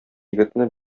егетне